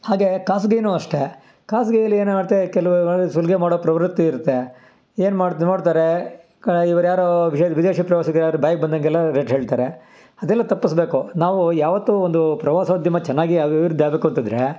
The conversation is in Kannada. ಹಾಗೆ ಖಾಸಗಿನೂ ಅಷ್ಟೇ ಖಾಸಗಿಯಲ್ಲಿ ಏನಾಗತ್ತೆ ಕೆಲವು ವೇಳೆ ಸುಲಿಗೆ ಮಾಡೋ ಪ್ರವೃತ್ತಿ ಇರತ್ತೆ ಏನ್ಮಾಡ್ತಾ ನೋಡ್ತಾರೆ ಕ ಇವರ್ಯಾರೋ ವಿದೇಶ ವಿದೇಶಿ ಪ್ರವಾಸಿಗರ್ಯಾರೋ ಬಾಯಿಗೆ ಬಂದಾಗೆಲ್ಲ ರೇಟ್ ಹೇಳ್ತಾರೆ ಅದೆಲ್ಲ ತಪ್ಪಿಸ್ಬೇಕು ನಾವು ಯಾವತ್ತೂ ಒಂದು ಪ್ರವಾಸೋದ್ಯಮ ಚೆನ್ನಾಗಿ ಅಭಿವೃದ್ಧಿ ಆಗಬೇಕು ಅಂತಂದರೆ